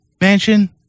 Mansion